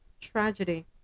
tragedy